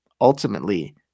ultimately